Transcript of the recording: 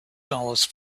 dollars